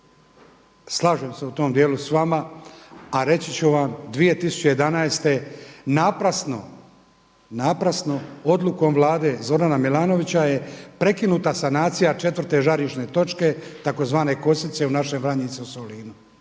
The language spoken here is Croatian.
slažem se u tom dijelu s vama. A reći ću vam 2011. naprasno odlukom vlade Zorana Milanovića je prekinuta sanacija četvrte žarišne točke tzv. Kosice u našem Vranjicu u Solinu.